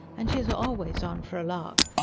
and she's always on for a lark.